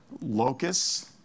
Locusts